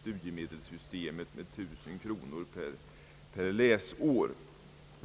studiemedelssystemet med 1 000 kronor per läsår.